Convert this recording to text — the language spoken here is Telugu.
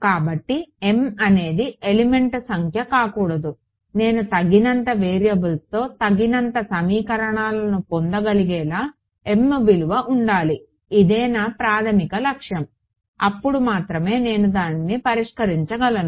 కాబట్టి m అనేది ఎలిమెంట్ సంఖ్య కాకూడదు నేను తగినంత వేరియబుల్స్లో తగినంత సమీకరణాలను పొందగలిగేలా m విలువ ఉండాలి ఇదే నా ప్రాథమిక లక్ష్యం అప్పుడు మాత్రమే నేను దానిని పరిష్కరించగలను